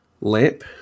lamp